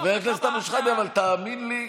חבר הכנסת אבו שחאדה, אבל תאמין לי,